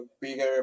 bigger